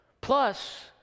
Plus